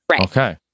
Okay